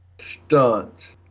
stunts